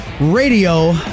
radio